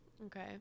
Okay